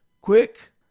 quick